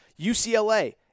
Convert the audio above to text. UCLA